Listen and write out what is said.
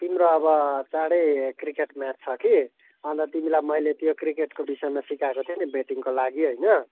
तिम्रो अब चाँडै क्रिकेट म्याच छ कि अन्त तिमीलाई मैले त्यो क्रिकेटको विषयमा सिकाएको थिएँ नि ब्यटिङको लागि होइन